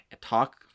talk